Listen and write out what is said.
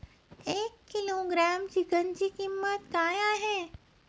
एक किलोग्रॅम चिकनची किंमत काय आहे?